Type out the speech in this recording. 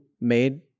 made